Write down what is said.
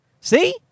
See